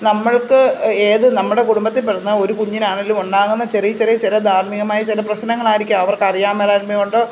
നമ്മൾക്ക് ഏത് നമ്മുടെ കുടുംബത്തിൽ പിറന്ന ഒരു കുഞ്ഞിനാണേലും ഉണ്ടാകുന്ന ചെറിയ ചെറിയ ചില ധാർമികമായ ചില പ്രശ്നങ്ങളായിരിക്കാം അവർക്ക് അറിയാൻ മേലായ്മ കൊണ്ട്